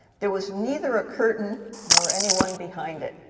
there was neither a curtain nor anyone behind it.